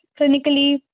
clinically